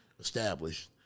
established